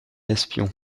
espions